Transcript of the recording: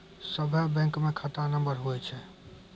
सभे बैंकमे खाता नम्बर हुवै छै